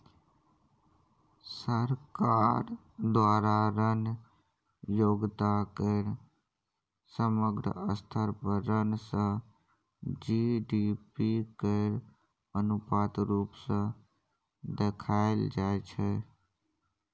सरकार द्वारा ऋण योग्यता केर समग्र स्तर पर ऋण सँ जी.डी.पी केर अनुपात रुप सँ देखाएल जाइ छै